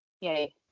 yay